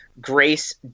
Grace